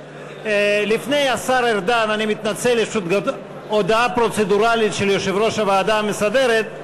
לפני השר ארדן יש הודעה פרוצדורלית של יושב-ראש הוועדה המסדרת,